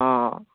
অঁ